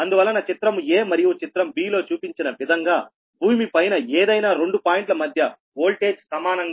అందువలన చిత్రము a మరియు చిత్రం b లో చూపించిన విధంగా భూమి పైన ఏదైనా 2 పాయింట్ల మధ్య వోల్టేజ్ సమానంగా ఉంటుంది